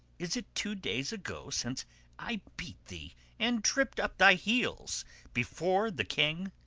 is it two days ago since i beat thee and tripped up thy heels before the king?